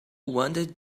wanted